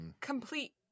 complete